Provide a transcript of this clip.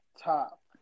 top